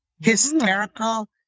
hysterical